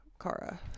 Kara